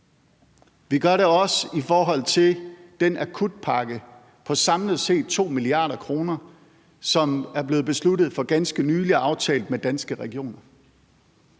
Vi gør det også i forhold til den akutpakke på samlet set 2 mia. kr., som er blevet besluttet for ganske nylig og aftalt med Danske Regioner.